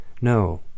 no